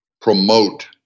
promote